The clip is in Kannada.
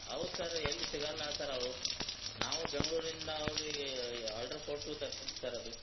ಹೌದ್ ಸರ್ ಎಲ್ಲಿ ಸಿಗೋಲ್ಲ ಸರ್ ಅವು ನಾವು ಬೆಂಗಳೂರಿಂದ ಅವ್ರಿಗೆ ಆಡ್ರು ಕೊಟ್ಟು ತರ್ಸಿದ್ದು ಸರ್ ಅದು